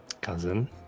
Cousin